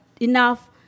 enough